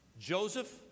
Joseph